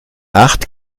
acht